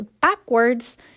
backwards